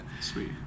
Sweet